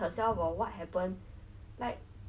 so when we were playing with the 姐姐们 then